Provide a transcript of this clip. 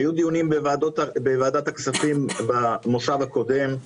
היו דיונים בוועדת הכספים במושב הקודם.